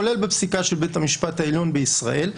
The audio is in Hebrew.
כולל בפסיקה של בית המשפט העליון בישראל.